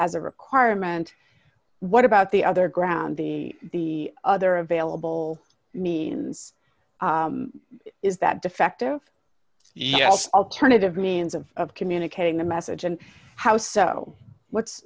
as a requirement what about the other ground the other available means is that defective yes alternative means of communicating the message and how so what's